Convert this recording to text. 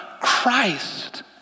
Christ